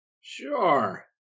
Sure